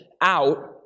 out